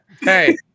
Hey